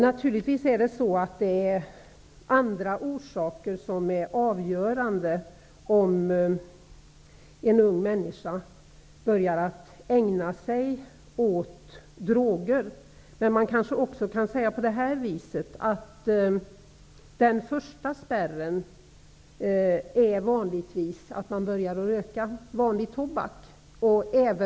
Naturligtvis är det andra orsaker som är avgörande för om en ung människa börjar ägna sig åt droger. Men man kanske också kan säga att den första spärren som passeras vanligtvis är att man börjar röka vanlig tobak.